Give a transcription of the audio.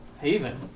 Haven